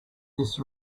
this